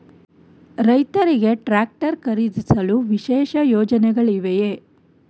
ರೈತರಿಗೆ ಟ್ರಾಕ್ಟರ್ ಖರೀದಿಸಲು ವಿಶೇಷ ಯೋಜನೆಗಳಿವೆಯೇ?